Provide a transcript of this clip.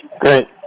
Great